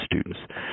students